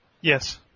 Yes